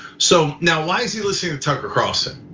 so now why is he listening to tucker carlson?